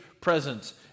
presence